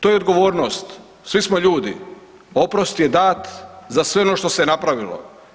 To je odgovornost, svi smo ljudi, oprost je dat za sve ono što se napravilo.